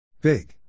Big